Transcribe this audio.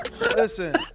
Listen